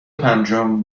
پنجم